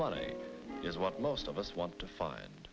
money is what most of us want to find